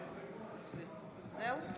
זהו?